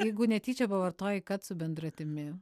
jeigu netyčia pavartoji kad su bendratimi